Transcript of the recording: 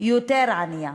יותר ענייה,